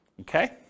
Okay